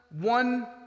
one